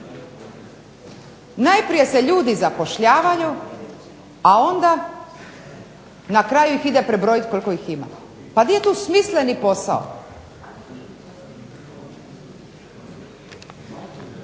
najprije se ljudi zapošljavaju, a onda ih na kraju idu prebrojiti koliko ih ima. Pa gdje je tu smisleni posao?